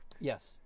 Yes